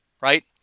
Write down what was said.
right